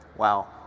Wow